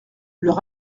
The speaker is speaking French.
leur